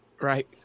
Right